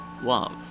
love